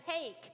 take